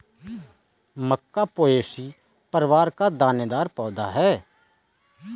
मक्का पोएसी परिवार का दानेदार पौधा है